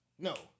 No